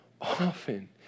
often